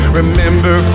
remember